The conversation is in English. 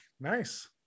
Nice